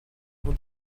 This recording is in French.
pour